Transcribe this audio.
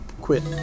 quit